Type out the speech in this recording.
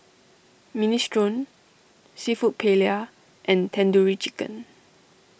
Minestrone Seafood Paella and Tandoori Chicken